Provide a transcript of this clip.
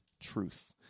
truth